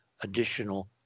additional